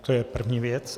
To je první věc.